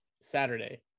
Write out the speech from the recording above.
Saturday